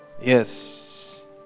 Yes